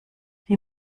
die